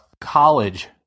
college